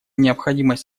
необходимость